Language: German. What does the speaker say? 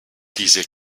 diese